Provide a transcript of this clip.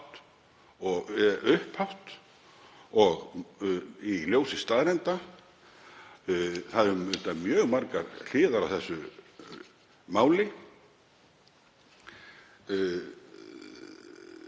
og upphátt og í ljósi staðreynda. Það eru auðvitað mjög margar hliðar á þessu máli,